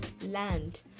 land